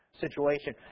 situation